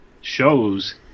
shows